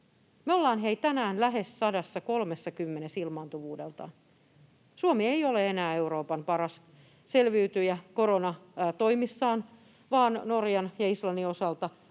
Me ollaan, hei, tänään lähes 130:ssä ilmaantuvuudeltaan. Suomi ei ole enää Euroopan paras selviytyjä koronatoimissaan, vaan Norjan ja Islannin osalta